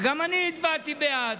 וגם אני הצבעתי בעד.